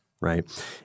right